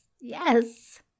yes